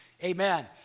Amen